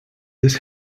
this